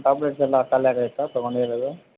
tablets ಎಲ್ಲ ಖಾಲಿ ಆಗೈತಾ ತಗೊಂಡಿರೋದು